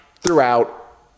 throughout